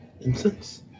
incense